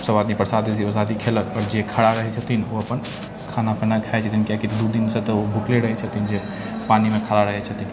सभ आदमी प्रसादी वसादी खेलक आओर जे खड़ा रहै छथिन ओ अपन खाना वाना खाइ छथिन कियाकि दू दिनसँ तऽ ओ भुखले रहै छथिन जे पानिमे खड़ा रहै छथिन